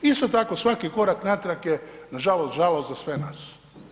Isto tako svaki korak natrag je nažalost žalost za sve nas.